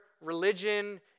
religion